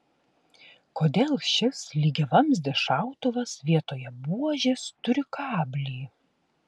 kodėl šis lygiavamzdis šautuvas vietoje buožės turi kablį